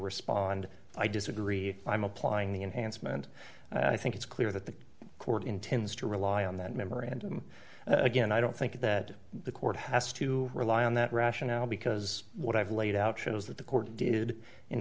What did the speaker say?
respond i disagree i'm applying the enhancement i think it's clear that the court intends to rely on that memorandum again i don't think that the court has to rely on that rationale because what i've laid out shows that the court did in